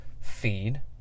feed